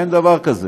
אין דבר כזה.